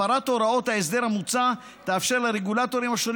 הפרת הוראות ההסדר המוצע תאפשר לרגולטורים השונים